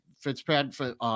Fitzpatrick